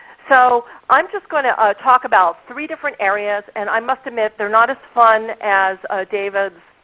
so i'm just going to talk about three different areas, and i must admit they're not as fun as david's,